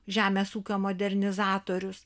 žemės ūkio modernizatorius